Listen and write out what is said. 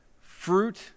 fruit